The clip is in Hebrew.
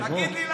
תגיד לי,